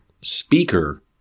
speaker